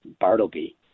Bartleby